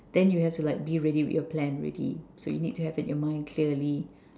then you have to like be ready with your plan already so you need to have in your mind clearly